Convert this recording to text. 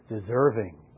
deserving